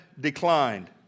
declined